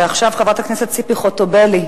ועכשיו, חברת הכנסת ציפי חוטובלי.